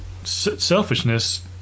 selfishness